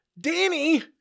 Danny